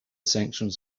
sanctions